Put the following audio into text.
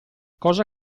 cosa